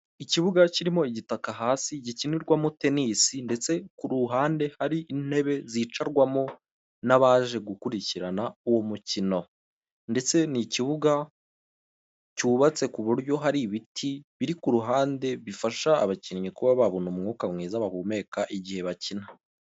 Ikibuga kirimo igitaka hasi gikinirwamo tenisi(tennis ) ndetse ku ruhande hari intebe zicarwamo n'abaje gukurikirana uwo mukino .ndetse n'ikibuga cyubatse ku buryo hari ibiti biri ku ruhande bifasha abakinnyi kuba babona umwuka mwiza bahumeka igihe bakina.